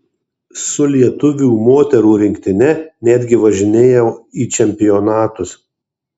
su lietuvių moterų rinktine netgi važinėjau į čempionatus